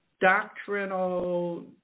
doctrinal